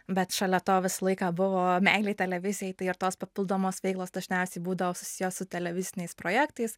bet šalia to visą laiką buvo meilei televizijai tai ir tos papildomos veiklos dažniausiai būdavo susiję su televiziniais projektais